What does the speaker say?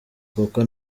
kuko